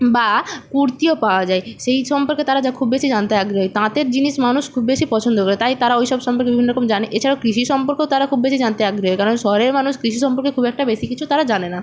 বা কুর্তিও পাওয়া যায় সেই সম্পর্কে তারা যা খুব বেশি জানতে আগ্রহী তাঁতের জিনিস মানুষ খুব বেশি পছন্দ করে তাই তারা ওই সব সম্পর্কে বিভিন্ন রকম জানে এছাড়াও কৃষি সম্পর্কেও তারা খুব বেশি জানতে আগ্রহী হয় কারণ শহরের মানুষ কৃষি সম্পর্কে খুব একটা বেশি কিছু তারা জানে না